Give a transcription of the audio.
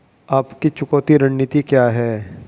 आपकी चुकौती रणनीति क्या है?